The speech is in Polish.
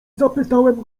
zapytałem